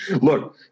Look